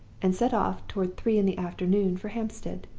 and set off toward three in the afternoon for hampstead.